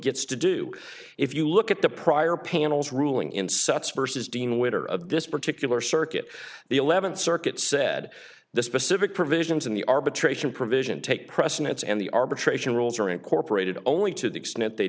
gets to do if you look at the prior panels ruling in such versus dean witter of this particular circuit the eleventh circuit said the specific provisions in the arbitration provision take precedence and the arbitration rules are incorporated only to the extent they